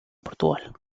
portugal